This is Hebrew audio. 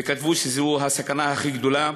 וכתבו שזו הסכנה הכי גדולה,